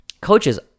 Coaches